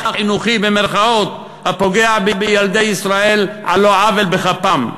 "חינוכי" הפוגע בילדי ישראל על לא עוול בכפם?